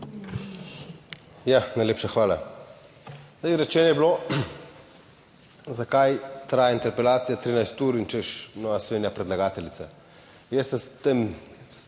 najlepša hvala. Zdaj, rečeno je bilo, zakaj traja interpelacija 13 ur in češ Nova Slovenija, predlagateljica. Jaz se s tem